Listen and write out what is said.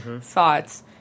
thoughts